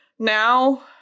Now